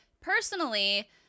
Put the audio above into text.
Personally